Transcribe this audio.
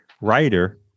writer